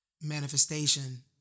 manifestation